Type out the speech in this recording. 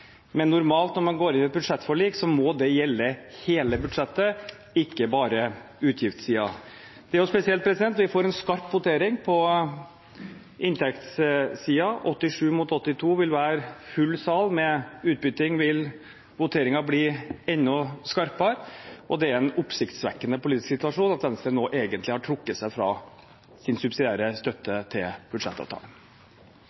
men normalt, når man inngår et budsjettforlik, må det gjelde hele budsjettet – ikke bare utgiftssiden. Dette er spesielt – vi får en skarp votering på inntektssiden. 87 stemmer mot 82 stemmer vil være full sal. Med utbytting vil voteringen bli enda skarpere. Det er en oppsiktsvekkende politisk situasjon at Venstre nå egentlig har trukket seg fra sin subsidiære støtte